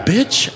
Bitch